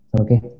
Okay